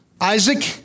Isaac